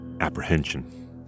apprehension